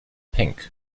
pink